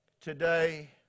today